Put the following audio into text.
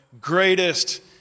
greatest